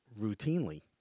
routinely